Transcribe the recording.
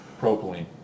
propylene